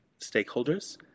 stakeholders